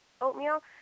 oatmeal